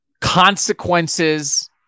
consequences